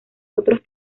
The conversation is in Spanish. otros